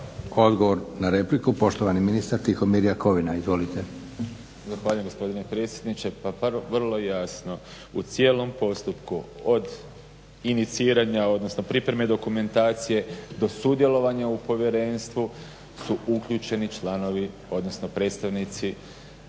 Odgovor na repliku, poštovani ministar Tihomir Jakovina. Izvolite. **Jakovina, Tihomir (SDP)** Zahvaljujem gospodine predsjedniče. Pa vrlo je jasno u cijelom postupku od iniciranja, odnosno pripreme dokumentacije do sudjelovanja u povjerenstvu su uključeni članovi, odnosno predstavnici